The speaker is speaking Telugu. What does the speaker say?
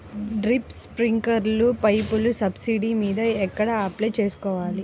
డ్రిప్, స్ప్రింకర్లు పైపులు సబ్సిడీ మీద ఎక్కడ అప్లై చేసుకోవాలి?